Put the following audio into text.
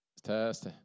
Test